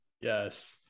Yes